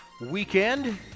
weekend